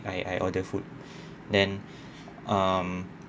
I I order food then um